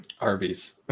Arby's